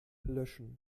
löschen